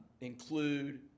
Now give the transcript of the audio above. include